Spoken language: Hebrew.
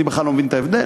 אני בכלל לא מבין את ההבדל.